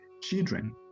children